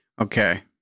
okay